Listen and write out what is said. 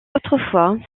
autrefois